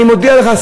אני מודיע לך,